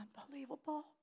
unbelievable